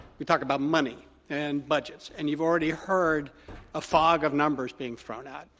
we talk about money and budgets. and you've already heard a fog of numbers being thrown out